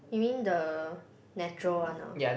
you mean the natural one ah